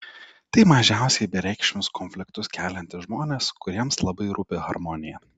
tai mažiausiai bereikšmius konfliktus keliantys žmonės kuriems labai rūpi harmonija